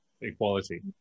equality